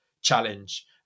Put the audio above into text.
challenge